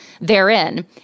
therein